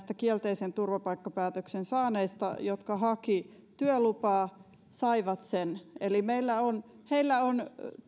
kielteisen turvapaikkapäätöksen saaneista jotka hakivat työlupaa sai sen eli heillä on